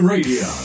Radio